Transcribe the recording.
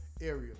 area